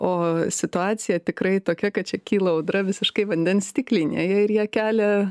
o situacija tikrai tokia kad čia kyla audra visiškai vandens stiklinėje ir ją kelia